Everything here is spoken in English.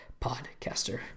podcaster